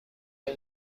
های